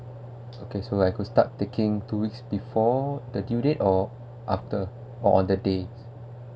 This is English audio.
okay so I could start taking two weeks before the due date or after or on the day